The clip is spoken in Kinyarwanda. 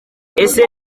ese